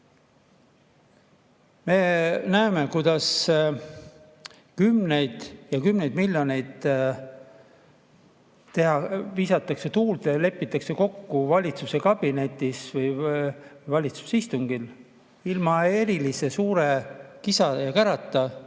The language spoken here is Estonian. Me näeme, kuidas kümneid ja kümneid miljoneid visatakse tuulde, lepitakse kokku valitsuskabinetis või valitsuse istungil ilma suure kisa ja kärata